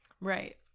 Right